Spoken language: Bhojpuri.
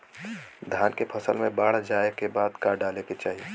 धान के फ़सल मे बाढ़ जाऐं के बाद का डाले के चाही?